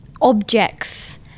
objects